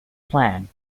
plan